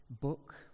book